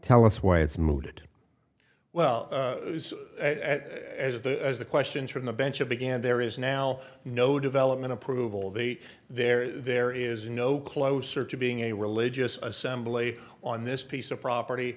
tell us why it's mood well as the as the questions from the bench a began there is now no development approval date there there is no closer to being a religious assembly on this piece of property